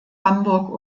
hamburg